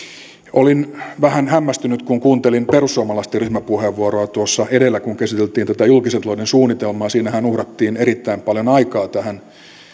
olin vähän hämmästynyt kun kuuntelin perussuomalaisten ryhmäpuheenvuoroa tuossa edellä kun käsiteltiin tätä julkisen talouden suunnitelmaa siinähän uhrattiin erittäin paljon aikaa tähän